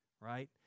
right